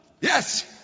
Yes